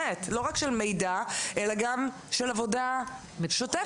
לא רק של מידע, אלא גם של עבודה שוטפת.